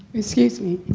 excuse me.